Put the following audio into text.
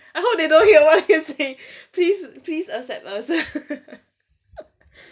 I hope they don't hear what we're saying please please accept us